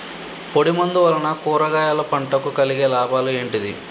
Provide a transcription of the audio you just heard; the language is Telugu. పొడిమందు వలన కూరగాయల పంటకు కలిగే లాభాలు ఏంటిది?